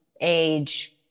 age